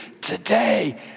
today